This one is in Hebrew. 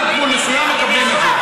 עד גבול מסוים מקבלים את